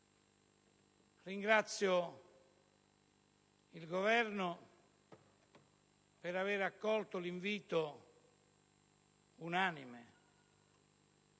Ringrazio il Governo per aver accolto l'unanime